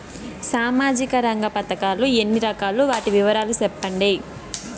సామాజిక రంగ పథకాలు ఎన్ని రకాలు? వాటి వివరాలు సెప్పండి